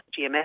GMS